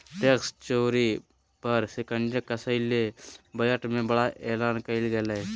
tax चोरी पर शिकंजा कसय ले बजट में बड़ा एलान कइल गेलय